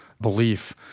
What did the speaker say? belief